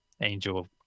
angel